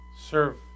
serve